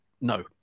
No